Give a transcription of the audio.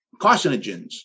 carcinogens